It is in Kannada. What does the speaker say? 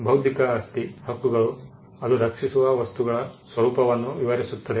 ಬೌದ್ಧಿಕ ಆಸ್ತಿ ಹಕ್ಕುಗಳು ಅದು ರಕ್ಷಿಸುವ ವಸ್ತುಗಳ ಸ್ವರೂಪವನ್ನು ವಿವರಿಸುತ್ತದೆ